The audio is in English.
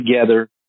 together